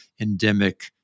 endemic